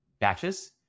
batches